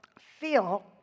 feel